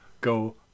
go